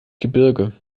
gebirge